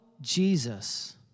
Jesus